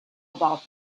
about